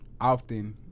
often